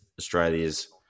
Australia's